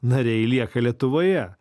nariai lieka lietuvoje